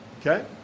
okay